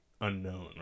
unknown